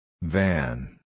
Van